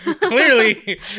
clearly